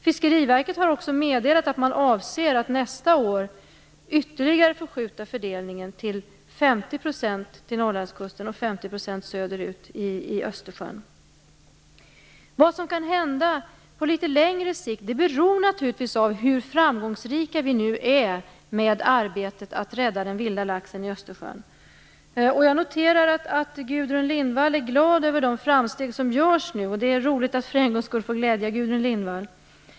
Fiskeriverket har också meddelat att man avser att nästa år ytterligare förskjuta fördelningen, så att det blir 50 % utmed Norrlandskusten och 50 % söderut i Vad som kan hända på litet längre sikt beror naturligtvis på hur framgångsrika vi nu är i arbetet med att rädda den vilda laxen i Östersjön. Jag noterar att Gudrun Lindvall är glad över de framsteg som nu görs. Det är roligt att för en gångs skull få glädja Gudrun Lindvall.